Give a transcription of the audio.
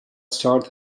start